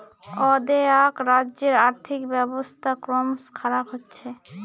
অ্দেআক রাজ্যের আর্থিক ব্যবস্থা ক্রমস খারাপ হচ্ছে